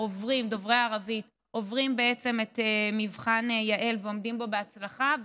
דוברי ערבית עוברים את מבחן יע"ל ועומדים בו בהצלחה,